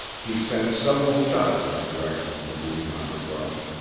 he sent several shots in the direction of the moving underbrush.